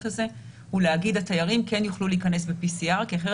הזה הוא להגיד שהתיירים כן יוכלו להיכנס ב-PCR כי אחרת